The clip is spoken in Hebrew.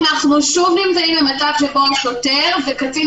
אנחנו שוב נמצאים במצב שבו השוטר וקצין